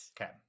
Okay